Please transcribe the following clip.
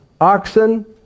oxen